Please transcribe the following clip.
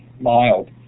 mild